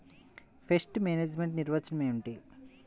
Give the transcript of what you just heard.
Pest management నిర్వచనం ఏమిటి?